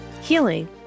healing